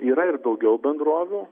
yra ir daugiau bendrovių